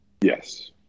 Yes